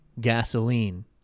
gasoline